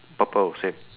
purple same